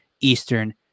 Eastern